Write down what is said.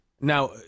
Now